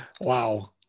Wow